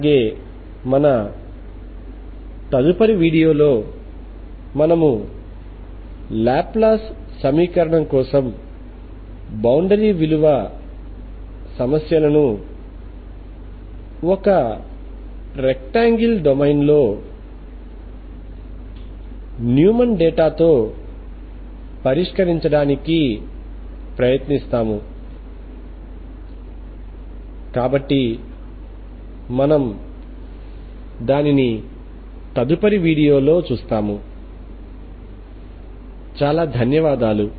అలాగే మన తదుపరి వీడియోలో మనము లాప్లాస్ సమీకరణం కోసం బౌండరీ విలువ సమస్యలను ఒక రెక్టాంగిల్ డొమైన్లో న్యూమన్ డేటాతో పరిష్కరించడానికి ప్రయత్నిస్తాము కాబట్టి మనము దానిని తదుపరి వీడియోలో చూస్తాము చాలా ధన్యవాదాలు